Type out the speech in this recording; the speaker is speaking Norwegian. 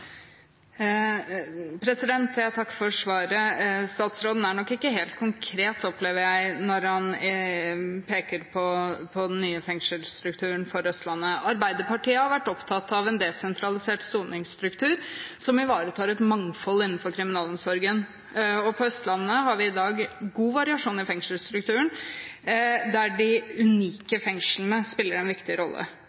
Jeg takker for svaret. Statsråden er nok ikke helt konkret, opplever jeg, når han peker på den nye fengselsstrukturen for Østlandet. Arbeiderpartiet har vært opptatt av en desentralisert soningsstruktur som ivaretar et mangfold innenfor kriminalomsorgen. På Østlandet har vi i dag god variasjon i fengselsstrukturen, der de